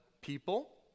people